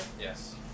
Yes